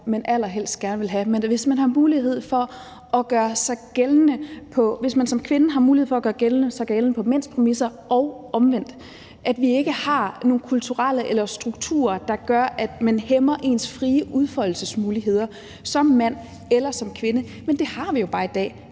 man allerhelst gerne vil have, og hvis man som kvinde har mulighed for at gøre sig gældende på mænds præmisser og omvendt og vi ikke har nogen kulturelle strukturer, der hæmmer ens frie udfoldelsesmuligheder som mand eller som kvinde. Men det har vi jo bare i dag.